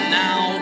now